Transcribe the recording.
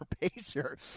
Pacer